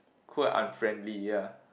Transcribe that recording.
cold and unfriendly ya